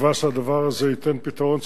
בתקווה שהדבר הזה ייתן פתרון.